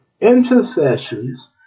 intercessions